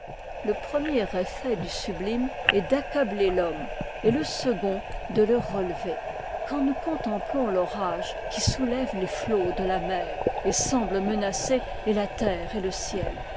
le premier effet du sublime est d'accabler l'homme et le second de le relever quand nous contemplons l'orage qui soulève les flots de la mer et semble menacer et la terre et le ciel